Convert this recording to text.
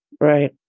Right